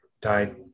died